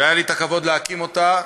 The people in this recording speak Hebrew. שהיה לי הכבוד להקים אותה,